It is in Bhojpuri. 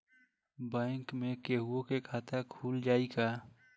बैंक में केहूओ के खाता खुल जाई का?